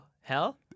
Hell